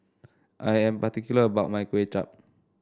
I am particular about my Kway Chap